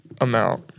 amount